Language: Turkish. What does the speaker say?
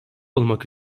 olmak